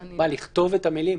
מה, לכתוב את המילים?